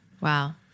Wow